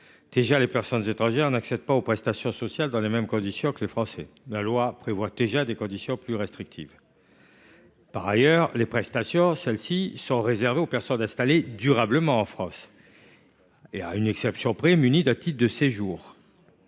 Les personnes étrangères n’accèdent pas aux prestations sociales dans les mêmes conditions que les Français : la loi prévoit déjà des conditions plus restrictives. Par ailleurs, les prestations sont réservées aux personnes installées durablement en France et, à une exception près, munies d’un titre de séjour.